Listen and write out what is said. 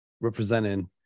representing